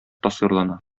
тасвирлана